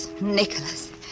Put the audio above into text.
Nicholas